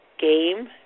game